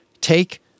take